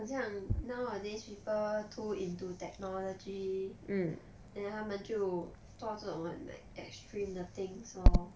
很像 nowadays people to into technology then 他们就做这种很 like extreme 的 things lor